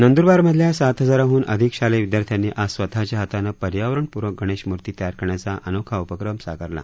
नंद्रबारमधल्या सात हजारांहन अधिक शालेय विद्यार्थ्यांनी आज स्वतःच्या हातानं पर्यावरणप्रक गणेशमुर्ती तयार करण्याचा अनोखा उपक्रम साकारला